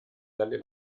delle